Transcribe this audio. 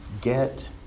get